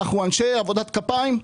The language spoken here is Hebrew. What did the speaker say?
אנחנו אנשי עבודת כפיים,